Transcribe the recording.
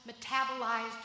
metabolized